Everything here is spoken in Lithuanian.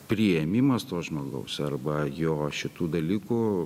priėmimas to žmogaus arba jo šitų dalykų